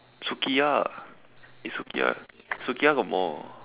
Sukiya is it Sukiya got more